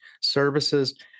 services